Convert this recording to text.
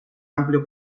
amplio